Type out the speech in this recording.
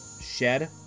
shed